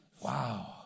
Wow